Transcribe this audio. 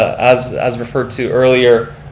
as as referred to earlier,